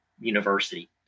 university